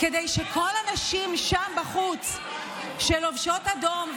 כדי שכל הנשים שם בחוץ שלובשות אדום,